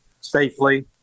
safely